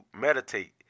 meditate